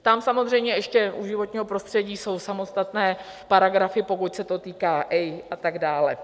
Tam samozřejmě u životního prostředí jsou samostatné paragrafy, pokud se to týká EIA, a tak dále.